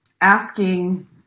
asking